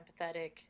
empathetic